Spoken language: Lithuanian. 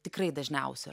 tikrai dažniausių